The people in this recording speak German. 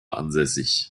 ansässig